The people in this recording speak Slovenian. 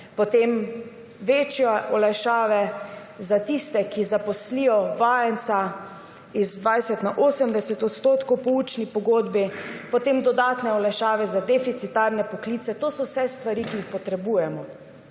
večje olajšave za tiste, ki zaposlijo vajenca, z 20 na 80 % po učni pogodbi, potem dodatne olajšave za deficitarne poklice. To so vse stvari, ki jih potrebujemo,